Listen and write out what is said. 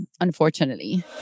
unfortunately